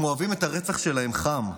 הם "אוהבים את הרצח שלהם חם,